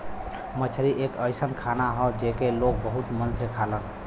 मछरी एक अइसन खाना हौ जेके लोग बहुत मन से खालन